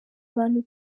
abantu